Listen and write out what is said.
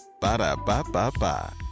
Ba-da-ba-ba-ba